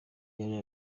yari